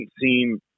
seem